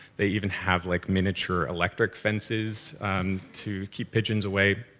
they even have like miniature electric fences um to keep pigeons away.